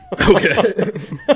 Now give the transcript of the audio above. Okay